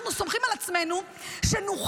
אנחנו סומכים על עצמנו שנוכל,